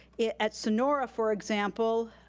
at sonora, for example,